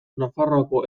nafarroako